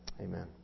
Amen